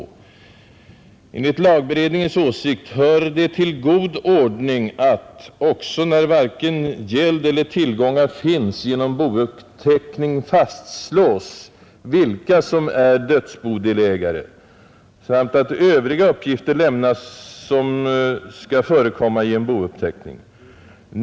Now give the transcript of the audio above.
Lagberedningen fortsätter: ”Enligt lagberedningens åsikt hör det till god ordning att, också när varken gäld eller tillgångar finnas genom bouppteckning fastslås, vilka som äro dödsbodelägare, samt att övriga uppgifter lämnas, vilka skola förekomma i bouppteckningen.